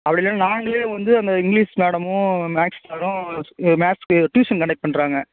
அப்படி இல்லைன்னா நாங்களே வந்து அந்த இங்கிலீஷ் மேடமும் மேக்ஸ் சாரும் மேக்ஸ்க்கு டியூஷன் கண்டக்ட் பண்ணுறாங்க